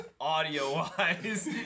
Audio-wise